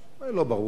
זה לא ברור לי.